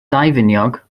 daufiniog